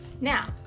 Now